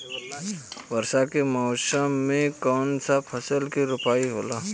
वर्षा के मौसम में कौन सा फसल के रोपाई होला?